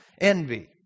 Envy